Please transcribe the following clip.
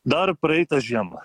dar praeitą žiemą